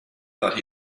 that